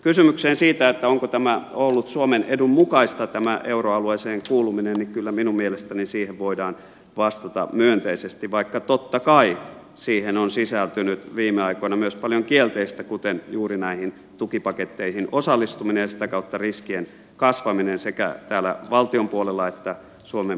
kysymykseen siitä onko ollut suomen edun mukaista tämä euroalueeseen kuuluminen kyllä minun mielestäni voidaan vastata myönteisesti vaikka totta kai siihen on sisältynyt viime aikoina myös paljon kielteistä kuten juuri näihin tukipaketteihin osallistuminen ja sitä kautta riskien kasvaminen sekä täällä valtion puolella että suomen pankin puolella